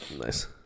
Nice